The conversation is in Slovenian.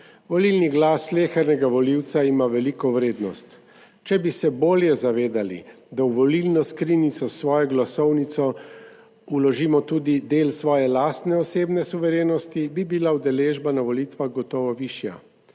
Volilni glas slehernega volivca ima veliko vrednost. Če bi se bolje zavedali, da v volilno skrinjico s svojo glasovnico vložimo tudi del svoje lastne, osebne suverenosti, bi bila udeležba na volitvah gotovo višja.